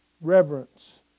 Reverence